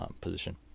position